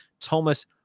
Thomas